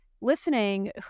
listening